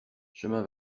chemin